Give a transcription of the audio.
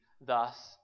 thus